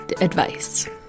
advice